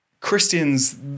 Christians